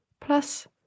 Plus